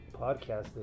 podcasting